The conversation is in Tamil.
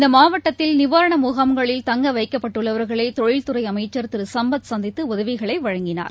இந்தமாவட்டத்தில் நிவாரணமுகாம்களில் தங்கவைக்கப்பட்டுள்ளவர்களைதொழில் துறைஅமைச்சர் திருசம்பத் சந்தித்துஉதவிகளைவழங்கினார்